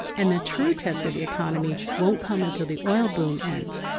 and the true test of the economy won't come until the oil boom ends.